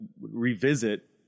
revisit